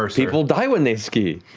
people die when they ski.